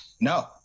No